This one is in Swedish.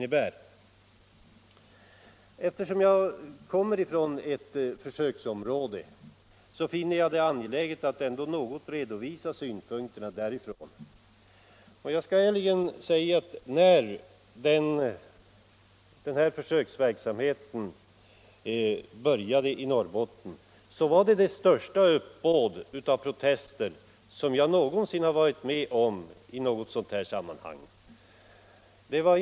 Eftersom jag kommer från ett försöksområde finner jag det angeläget att något redovisa synpunkterna därifrån. Jag skall ärligen säga att när försöksverksamheten började i Norrbotten förekom det största uppbåd av protester som jag någonsin har varit med om i ett sådant sammanhang.